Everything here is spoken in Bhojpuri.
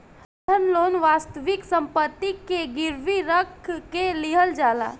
बंधक लोन वास्तविक सम्पति के गिरवी रख के लिहल जाला